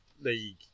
League